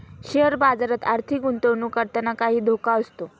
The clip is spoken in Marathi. शेअर बाजारात आर्थिक गुंतवणूक करताना काही धोका असतो